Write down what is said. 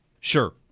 Sure